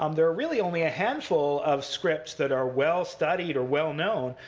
um there are really only a handful of scripts that are well-studied or well-known,